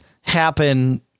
happen